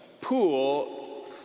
pool